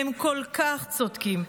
תודה רבה.